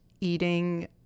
eating